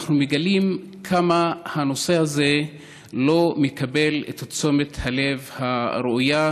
אנחנו מגלים כמה הנושא הזה לא מקבל את תשומת הלב הראויה,